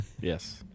yes